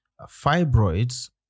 Fibroids